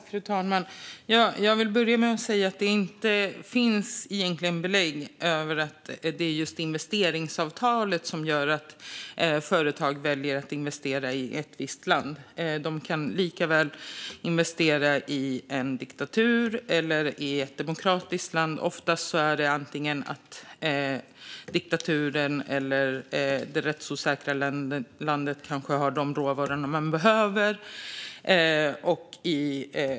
Fru talman! Jag vill börja med att säga att det egentligen inte finns belägg för att det just är investeringsavtalet som gör att företag väljer att investera i ett visst land. De kan lika väl investera i en diktatur som i ett demokratiskt land. Oftast är det att diktaturen eller det rättsosäkra landet kanske har de råvaror som man behöver.